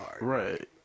Right